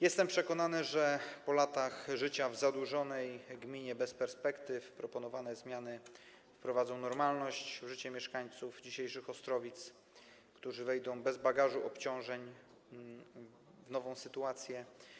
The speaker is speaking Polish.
Jestem przekonany, że po latach życia w zadłużonej gminie bez perspektyw proponowane zmiany wprowadzą normalność w życie mieszkańców dzisiejszych Ostrowic, którzy wejdą bez bagażu obciążeń w nową sytuację.